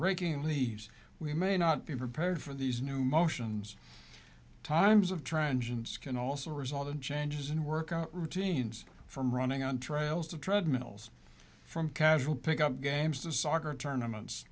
raking leaves we may not be prepared for these new motions times of transient can also result in changes in workout routines from running on trails to treadmills from casual pickup games to soccer tournaments